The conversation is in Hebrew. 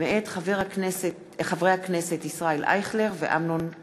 מאת חברי הכנסת דב חנין,